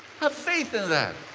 have faith in that.